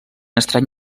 estrany